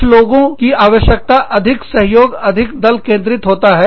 कुछ लोगों की आवश्यकता अधिक सहयोग अधिक दल केंद्रित होता है